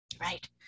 Right